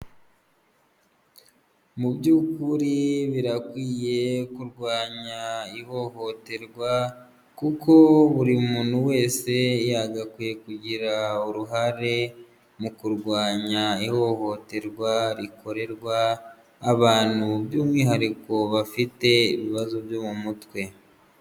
Mu byukuri birakwiye kurwanya ihohoterwa kuko buri muntu wese yagakwiye kugira uruhare mu kurwanya ihohoterwa rikorerwa abantu by'umwihariko bafite ibibazo byo mu mutwe.